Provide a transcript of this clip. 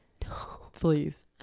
please